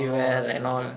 oh okay